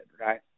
Right